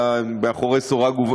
אלא הם מאחורי סורג,